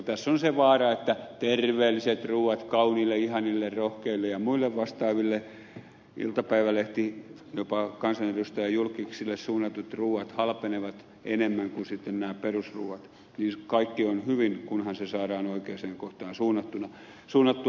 tässä on se vaara että terveelliset ruuat kauniille ihanille rohkeille ja muille vastaaville jopa iltapäivälehtien kansanedustajajulkkiksille suunnatut ruuat halpenevat enemmän kuin perusruuat niin kaikki on hyvin kunhan se saadaan oikeeseen kohtaan suunnattua